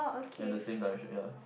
ya the same direction ya